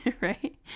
right